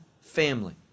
family